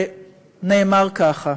ונאמר ככה: